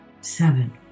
seven